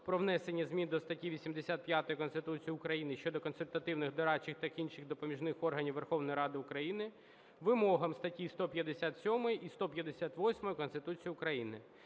про внесення змін до статті 85 Конституції України (щодо консультативних, дорадчих та інших допоміжний органів Верховної Ради України) вимогам статті 157 і 158 Конституції України.